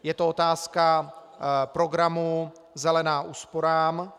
Je to otázka programu Zelená úsporám.